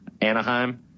Anaheim